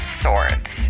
swords